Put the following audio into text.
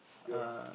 ya